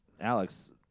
alex